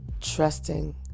trusting